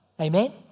Amen